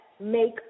make